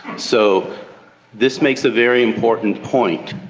so this makes a very important point,